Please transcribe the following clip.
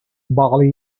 bali